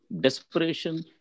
desperation